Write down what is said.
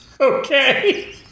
okay